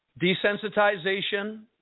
desensitization